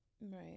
right